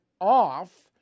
off